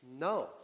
No